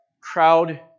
crowd